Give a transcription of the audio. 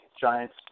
Giants